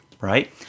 right